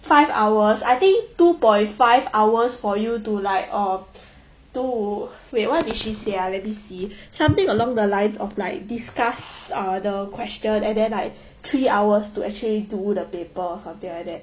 five hours I think two point five hours for you to like um to wait what did she say ah let me see something along the lines of like discuss uh the question and then like three hours to actually do the paper or something like that